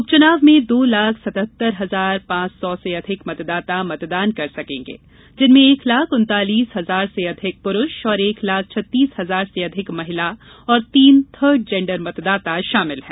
उपचुनाव में दो लाख सतहत्तर हजार पांच सौ से अधिक मतदाता मतदान कर सकेंगे जिनमें एक लाख उन्तालीस हजार से अधिक पुरुष और एक लाख छत्तीस हजार से अधिक महिला और तीन थर्ड जेण्डर मतदाता शामिल हैं